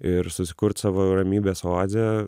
ir susikurt savo ramybės oazę